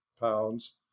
pounds